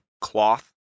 cloth